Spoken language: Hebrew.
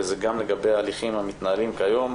וזה גם לגבי ההליכים המתנהלים כיום.